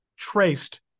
Traced